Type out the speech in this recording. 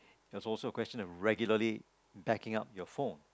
there's also a question of regularly backing up your phone